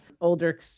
older